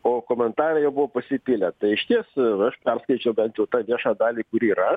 o komentarai jau buvo pasipylę tai išties aš perskaičiau bent jau tą viešą dalį kuri yra